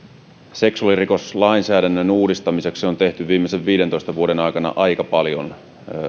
seksuaalirikoslainsäädännön uudistamiseksi on tehty viimeisen viidentoista vuoden aikana aika paljon